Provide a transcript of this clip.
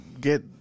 get